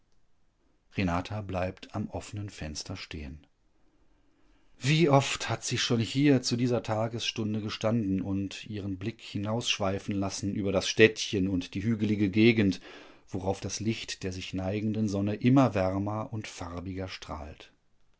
renata bleibt am offenen fenster stehen wie oft hat sie schon hier zu dieser tagesstunde gestanden und ihren blick hinausschweifen lassen über das städtchen und die hügelige gegend worauf das licht der sich neigenden sonne immer wärmer und farbiger strahlt